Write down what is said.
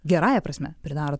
gerąja prasme pridaro